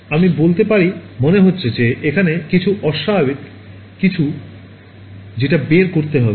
আমি বলতে পারি মনে হচ্ছে যে এখানে কিছু অস্বাভাবিক কিছু যেটা বের করতে হবে